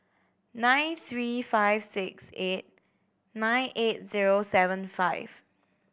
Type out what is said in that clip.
nine three five six eight nine eight zero seven five